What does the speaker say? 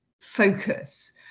focus